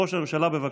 ראש הממשלה, בבקשה.